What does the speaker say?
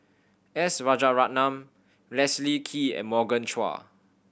S Rajaratnam Leslie Kee and Morgan Chua